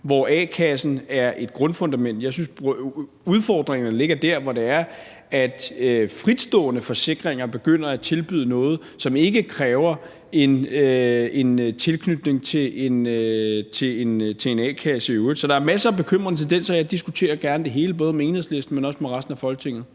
hvor a-kassen er et grundfundament. Jeg synes, udfordringen ligger der, hvor fritstående forsikringer begynder at tilbyde noget, som ikke kræver en tilknytning til en a-kasse i øvrigt. Så der er masser af bekymrende tendenser, og jeg diskuterer gerne det hele, både med Enhedslisten, men også med resten af Folketinget.